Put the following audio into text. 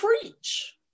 preach